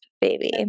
baby